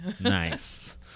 Nice